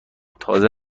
تازه